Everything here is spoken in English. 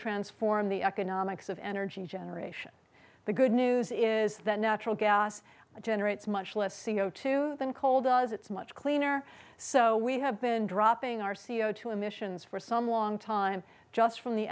transform the economics of energy generation the good news is that natural gas generates much less c o two than coal does it's much cleaner so we have been dropping our c o two emissions for some long time just from the